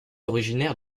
originaire